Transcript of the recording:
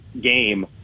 game